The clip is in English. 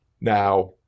Now